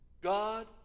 God